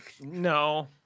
No